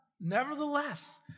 nevertheless